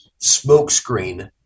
smokescreen